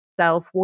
self